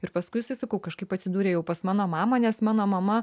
ir paskui jisai sakau kažkaip atsidūrė jau pas mano mamą nes mano mama